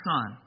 Son